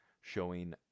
showing